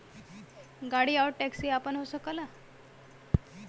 गाड़ी आउर टैक्सी आपन हो सकला